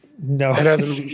No